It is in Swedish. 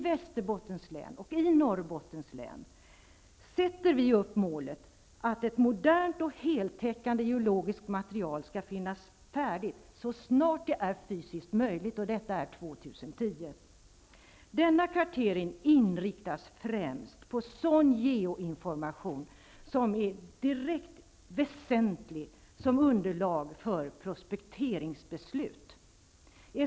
Västerbottens län och Norrbottens län sätter vi upp målet att ett modernt och heltäckande geologiskt material skall finnas färdigt så snart det är fysiskt möjligt, nämligen år 2010. Denna kartering inriktas främst på sådan geoinformation som är direkt väsentlig som underlag för prospekteringsbeslut.